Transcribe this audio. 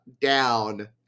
down